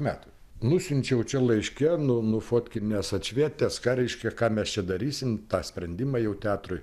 metų nusiunčiau čia laiške nu nufotkinęs atšvietęs ką reiškia ką mes čia darysim tą sprendimą jau teatrui